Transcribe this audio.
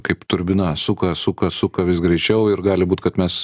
kaip turbina suka suka suka vis greičiau ir gali būt kad mes